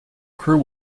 crew